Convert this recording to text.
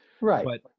Right